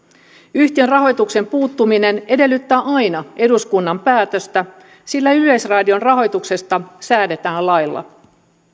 yhtiön rahoitukseen puuttuminen edellyttää aina eduskunnan päätöstä sillä yleisradion rahoituksesta säädetään lailla